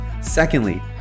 Secondly